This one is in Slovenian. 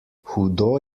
hudo